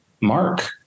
mark